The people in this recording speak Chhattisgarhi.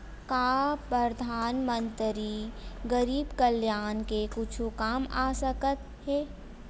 का परधानमंतरी गरीब कल्याण के कुछु काम आ सकत हे